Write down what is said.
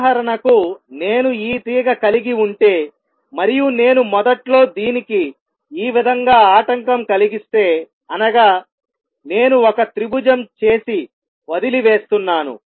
ఉదాహరణకు నేను ఈ తీగ కలిగి ఉంటే మరియు నేను మొదట్లో దీనికి ఈ విధంగా ఆటంకం కలిగిస్తే అనగా నేను ఒక త్రిభుజం చేసి వదిలివేస్తున్నాను